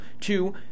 Two